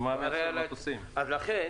אז לכן